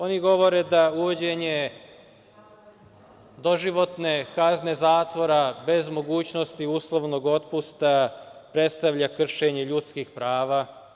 Oni govore da uvođenje doživotne kazne zatvora, bez mogućnosti uslovnog otpusta predstavlja kršenje ljudskih prava.